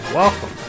Welcome